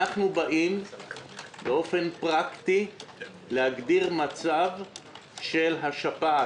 אנחנו באים באופן פרקטי, להגדיר מצב של השפעת.